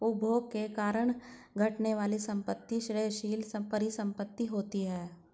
उपभोग के कारण घटने वाली संपत्ति क्षयशील परिसंपत्ति होती हैं